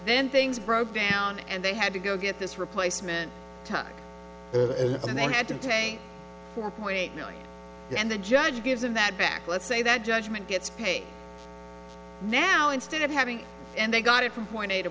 then things broke down and they had to go get this replacement tuck and they had to take four point eight million and the judge gives him that back let's say that judgment gets paid now instead of having and they got it from point a to